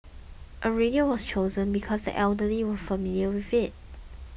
a radio was chosen because the elderly were familiar with it